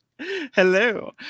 Hello